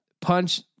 Punch